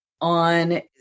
on